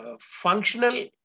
functional